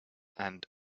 and